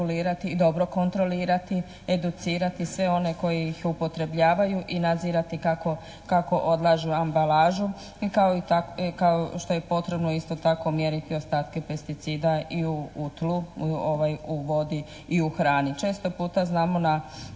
dobro kontrolirati, educirati sve one koji ih upotrebljavaju i nadzirati kako odlažu ambalažu kao što je potrebno isto tako mjeriti ostatke pesticida i u tlu, u vodi i u hrani. Često puta znamo na,